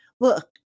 look